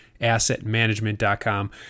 assetmanagement.com